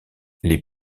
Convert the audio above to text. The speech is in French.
les